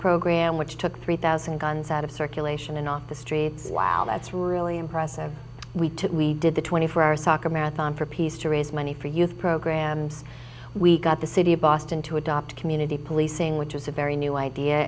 program which took three thousand guns out of circulation and off the streets while that's really impressive we took we did the twenty four hour soccer marathon for peace to raise money for youth programs we got the city of boston to adopt community policing which was a very new idea